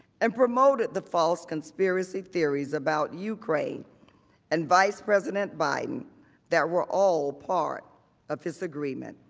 and promoted the false conspiracy theory about ukraine and vice president biden that were all part of this agreement.